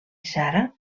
sara